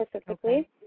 specifically